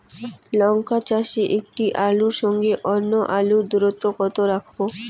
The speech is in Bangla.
লঙ্কা চাষে একটি আলুর সঙ্গে অন্য আলুর দূরত্ব কত রাখবো?